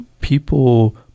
people